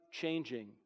changing